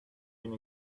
been